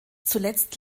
zuletzt